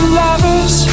lovers